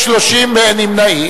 מי נמנע?